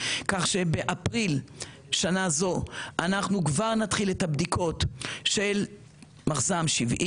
כך שבאפריל שנה זו אנחנו כבר נתחיל את הבדיקות של מחז"מ 70,